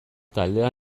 taldea